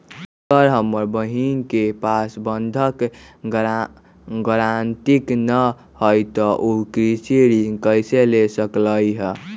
अगर हमर बहिन के पास बंधक गरान्टी न हई त उ कृषि ऋण कईसे ले सकलई ह?